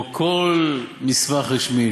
כמו כל מסמך רשמי,